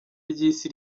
ry’isi